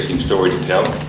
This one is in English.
story to tell.